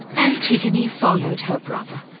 and antigone followed her brother,